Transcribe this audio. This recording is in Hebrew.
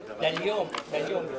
היום יום שני,